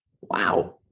Wow